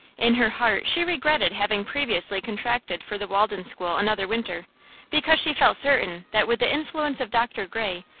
in her heart she regretted having previously contracted for the walden school another winter because she felt certain that with the influence of dr. gray,